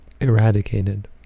eradicated